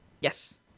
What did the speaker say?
Yes